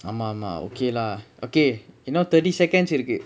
ஆமா ஆமா:aamaa aamaa okay lah okay இன்னும்:innum thirty second இருக்கு:irukku